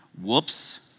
Whoops